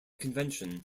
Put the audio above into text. convention